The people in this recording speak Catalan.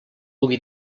pugui